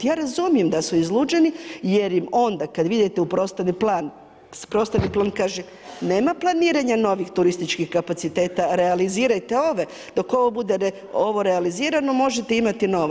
Ja razumijem da su izluđeni jer im onda kad vi idete u prostorni plan, prostorni plan kaže nema planiranja novih turističkih kapaciteta, realizirajte ove, dok ovo bude realizirano možete imati novo.